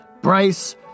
Bryce